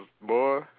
boy